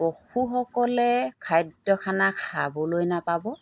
পশুসকলে খাদ্য খানা খাবলৈ নাপাব